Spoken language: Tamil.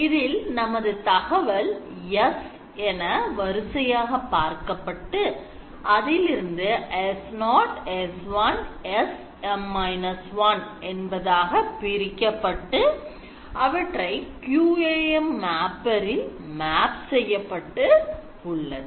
இதில் நமது தகவல் S என்ற வரிசையாக பார்க்கப்பட்டு அதிலிருந்து S0 S1 SM−1 என்பதாக பிரிக்கப்பட்டு அவற்றை QAM mapper இல் map செய்யப்பட்டு உள்ளது